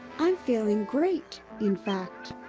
i'm feeling great, in fact.